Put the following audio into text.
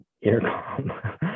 intercom